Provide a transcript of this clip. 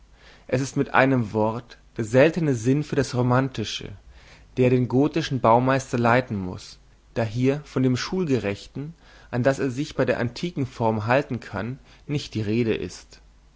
es ist mit einem wort der seltene sinn für das romantische der den gotischen baumeister leiten muß da hier von dem schulgerechten an das er sich bei der antiken form halten kann nicht die rede ist